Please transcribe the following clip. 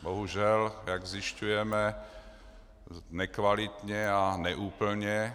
Bohužel, jak zjišťujeme, nekvalitně a neúplně.